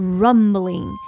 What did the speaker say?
rumbling